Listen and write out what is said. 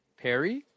perry